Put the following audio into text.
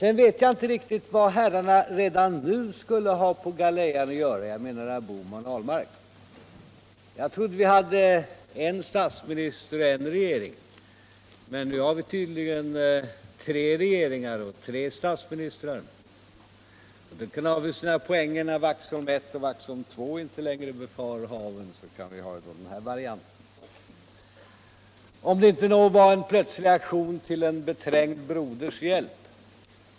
Jag vet inte riktigt vad herrarna redan nu skulle ha på galejan att göra — Jag menar herr Bohman och herr Ahlmark. Jag trodde att vi hade en statsminister och en regering, men nu har vi tvydligen tre regeringar och tre statsministrar. Det kan väl ha sina poänger niär Waxholm I och Waxholm II inte längre befar haven — då kan vi i stället ha den här varianten. Men det var kanske en plötslig aktion till en beträngd broders hjälp.